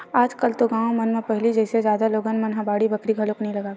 आज कल तो गाँव मन म पहिली जइसे जादा लोगन मन ह बाड़ी बखरी घलोक नइ लगावय